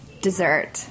Dessert